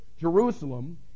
Jerusalem